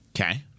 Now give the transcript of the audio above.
Okay